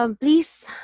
Please